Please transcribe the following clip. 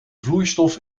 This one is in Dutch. vloeistof